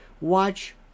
watch